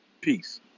Peace